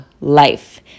life